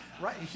Right